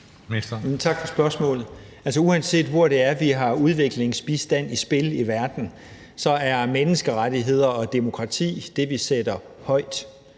Tak for spørgsmålet. Altså, uanset hvor i verden vi har udviklingsbistand i spil, så er menneskerettigheder og demokrati det, vi sætter højt,